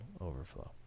overflow